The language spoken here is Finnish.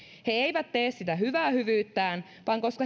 he eivät tee sitä hyvää hyvyyttään vaan koska